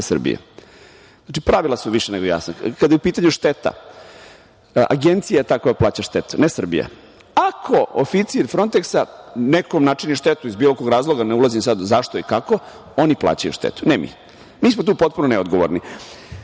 Srbije. Znači, pravila su više nego jasna. Kada je u pitanju šteta, Agencija je ta koja plaća štetu ne Srbija. Ako oficir „Fronteksa“ nekom načini štetu iz bilo kog razloga, ne ulazim sad zašto i kako, oni plaćaju štetu, ne mi. Mi smo tu potpuno neodgovorni. Bio